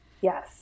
Yes